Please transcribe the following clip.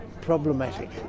problematic